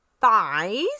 thighs